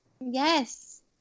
Yes